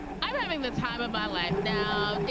i'm having the time of my life. now,